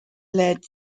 led